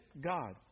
God